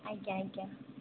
ଆଜ୍ଞା ଆଜ୍ଞା